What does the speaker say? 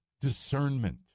discernment